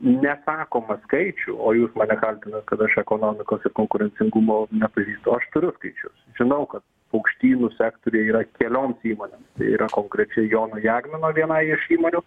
nesakoma skaičių o jūs mane kaltinat kad aš ekonomikos ir konkurencingumo nepažįstu aš turiu skaičius žinau kad paukštynų sektoriai yra kelioms įmonėms tai yra konkrečiai jono jagmino vienai iš įmonių